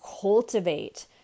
cultivate